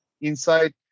inside